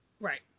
Right